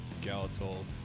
skeletal